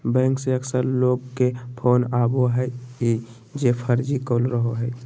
bank से अक्सर लोग के फोन आवो हइ जे फर्जी कॉल रहो हइ